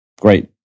great